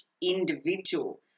individual